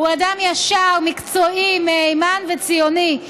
הוא אדם ישר, מקצועי, מהימן וציוני.